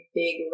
big